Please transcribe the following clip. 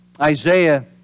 Isaiah